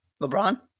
LeBron